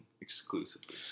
exclusively